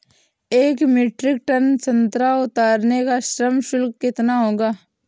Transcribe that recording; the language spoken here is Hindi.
एक मीट्रिक टन संतरा उतारने का श्रम शुल्क कितना होगा?